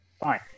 fine